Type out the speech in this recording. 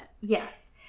Yes